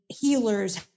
healers